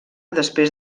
després